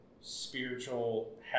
spiritual